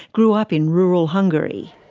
grew up in rural hungary.